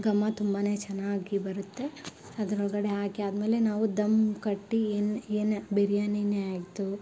ಘಮ ತುಂಬನೆ ಚೆನ್ನಾಗಿ ಬರುತ್ತೆ ಅದ್ರ ಒಳಗಡೆ ಹಾಕಿ ಆದ್ಮೇಲೆ ನಾವು ಧಮ್ ಕಟ್ಟಿ ಏನು ಏನು ಬಿರಿಯಾನಿನೆ ಆಯಿತು